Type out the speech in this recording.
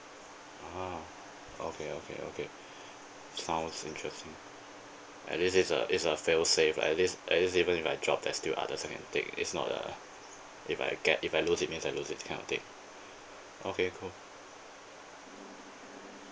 ah okay okay okay sounds interesting and this is a is a fail safe at least at least even if I drop there's still others that I can take is not uh if I get if I lose it means I lose it that kind of thing okay cool